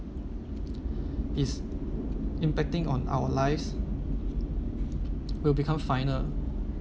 is impacting on our lives will become final